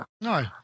No